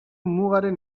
mugaren